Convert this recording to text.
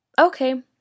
okay